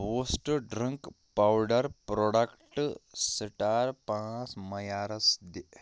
boost drink powder پروڈیکٹہٕ سِٹار پانٛژھ معیارَس دِ